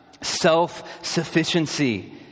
self-sufficiency